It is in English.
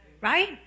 right